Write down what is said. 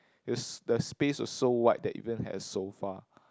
is the space was so wide that it even had a sofa